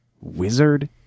wizard